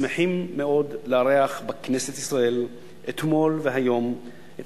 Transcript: שמחים מאוד לארח בכנסת ישראל אתמול והיום את